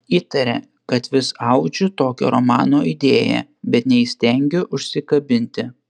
įtarė kad vis audžiu tokio romano idėją bet neįstengiu užsikabinti